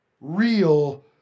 real